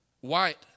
white